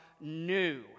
new